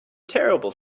terrible